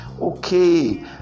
okay